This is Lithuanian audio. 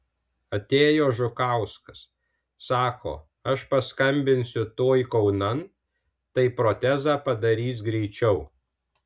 atėjo žukauskas sako aš paskambinsiu tuoj kaunan tai protezą padarys greičiau